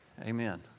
Amen